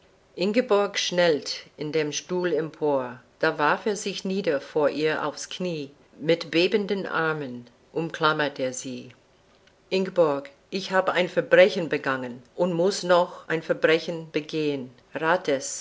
ingeborg schnellt in dem stuhl empor da warf er sich nieder vor ihr aufs knie mit bebenden armen umklammert er sie ingborg ich hab ein verbrechen begangen und muß noch ein verbrechen begehn rath